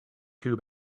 too